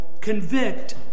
convict